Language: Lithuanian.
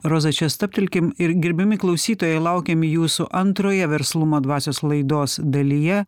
roza čia stabtelkim ir gerbiami klausytojai laukiame jūsų antroje verslumo dvasios laidos dalyje